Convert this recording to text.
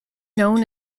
known